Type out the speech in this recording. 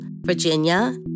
Virginia